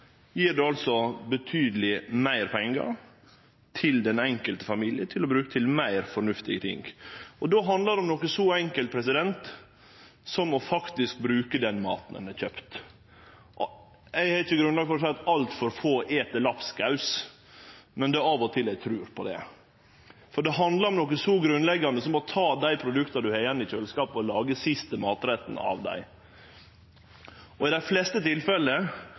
om noko så enkelt som å bruke den maten ein har kjøpt. Eg har ikkje grunnlag for å seie at altfor få et lapskaus, men av og til trur eg på det. Det handlar om noko så grunnleggjande som å ta ut dei produkta ein har igjen i kjøleskapet, og lage den siste matretten av dei – og i dei fleste